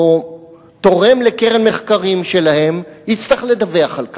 תורם לקרן מחקרים שלהם יצטרך לדווח על כך.